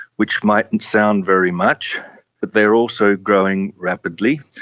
which mightn't sound very much but they are also growing rapidly.